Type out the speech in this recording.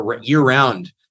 year-round